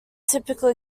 typically